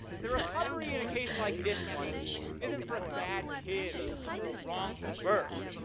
the recovery in a case like this one isn't for a bad kid or for a wrongful birth